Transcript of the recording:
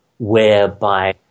whereby